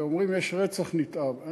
ואומרים יש רצח נתעב.